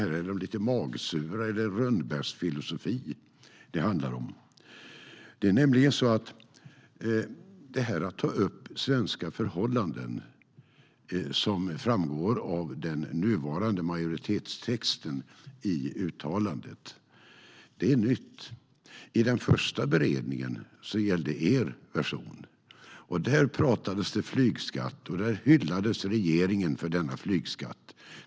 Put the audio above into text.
Är de lite magsura, eller är det någon rönnbärsfilosofi det handlar om? Detta att ta upp svenska förhållanden, som framgår av den nuvarande majoritetstexten i uttalandet, är nämligen nytt. I den första beredningen gällde det er person. Där pratades flygskatt, och där hyllades regeringen för denna flygskatt.